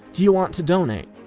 do you want to donate?